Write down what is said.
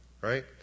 right